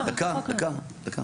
דקה, דקה.